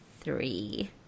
three